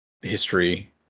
history